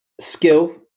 skill